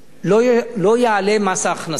לא יעלה מס ההכנסה.